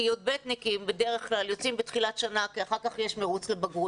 כי י"בניקים יוצאים בדרך כלל בתחילת שנה כי אחר כך יש מרוץ לבגרויות,